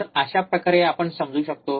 तर अशा प्रकारे आपण समजू शकतो